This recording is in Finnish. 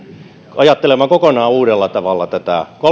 ajattelemaan kokonaan uudella tavalla tätä